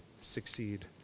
succeed